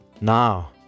now